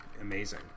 amazing